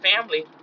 family